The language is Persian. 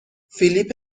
فیلیپ